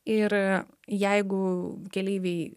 ir jeigu keleiviai